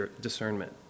discernment